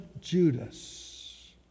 Judas